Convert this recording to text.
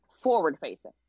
forward-facing